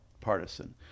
partisan